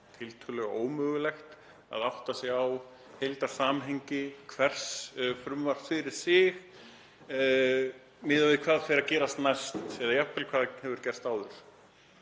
tiltölulega ómögulegt að átta sig á heildarsamhengi hvers frumvarp fyrir sig, miðað við hvað fer að gerast næst eða jafnvel hvað hefur gerst áður.